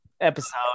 episode